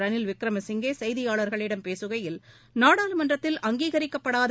ரனில் விக்ரமசிங்கே செய்தியாளர்களிடம் பேசுகையில் நாடாளுமன்றத்தால் அங்கீகரிக்கப்படாத